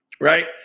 Right